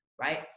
right